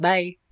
Bye